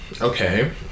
Okay